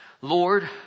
Lord